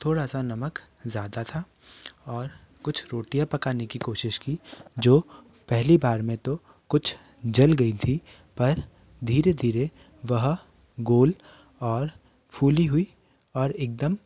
थोड़ा सा नमक ज़्यादा था और कुछ रोटियाँ पकाने कि कोशिश की जो पहली बार में तो कुछ जल गई थी पर धीरे धीरे वह गोल और फुली हुई और एकदम